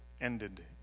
ended